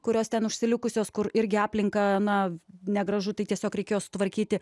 kurios ten užsilikusios kur irgi aplinką na negražu tai tiesiog reikėjo sutvarkyti